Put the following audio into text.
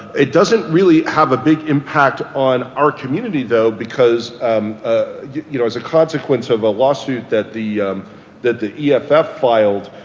it doesn't really have a big impact on our community, though, because um ah you know as a consequence of a lawsuit that the that the yeah eff eff filed,